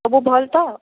ସବୁ ଭଲ୍ ତ